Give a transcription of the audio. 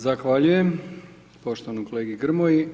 Zahvaljujem poštovanom kolegi Grmoji.